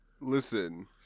Listen